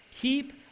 Keep